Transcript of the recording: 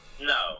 No